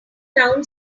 town